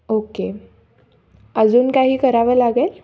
okay अजून काही करावं लागेल